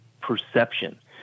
perception